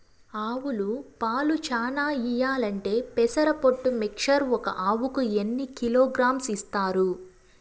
ఆవులు పాలు చానా ఇయ్యాలంటే పెసర పొట్టు మిక్చర్ ఒక ఆవుకు ఎన్ని కిలోగ్రామ్స్ ఇస్తారు?